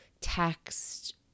text